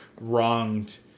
wronged